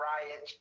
Riot